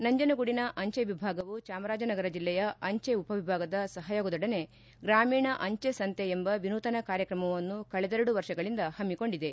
ನಂಜನಗೂಡಿನ ಅಂಜೆ ವಿಭಾಗವು ಚಾಮರಾಜನಗರ ಜಿಲ್ಲೆಯ ಅಂಚೆ ಉಪವಿಭಾಗದ ಸಹಯೋಗದೊಡನೆ ಗ್ರಾಮೀಣ ಅಂಚೆ ಸಂತೆ ಎಂಬ ವಿನೂತನ ಕಾರ್ಯಕ್ರಮವನ್ನು ಕಳೆದೆರಡು ವರ್ಷಗಳಿಂದ ಹಮ್ಮಿಕೊಂಡಿದೆ